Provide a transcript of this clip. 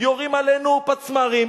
יורים עלינו פצמ"רים,